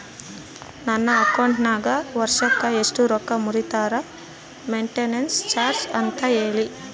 ನನ್ನ ಅಕೌಂಟಿನಾಗ ವರ್ಷಕ್ಕ ಎಷ್ಟು ರೊಕ್ಕ ಮುರಿತಾರ ಮೆಂಟೇನೆನ್ಸ್ ಚಾರ್ಜ್ ಅಂತ ಹೇಳಿ?